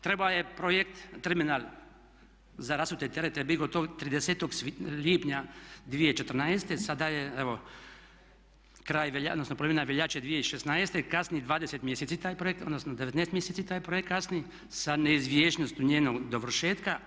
Trebao je projekt terminal za rasute terete biti gotov 30. lipnja 2014., sada je evo kraj veljače, odnosno polovina veljače 2016., kasni 20 mjeseci taj projekt, odnosno 19 mjeseci taj projekt kasni, sa neizvjesnošću njenog dovršetka.